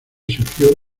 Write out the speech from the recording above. surgió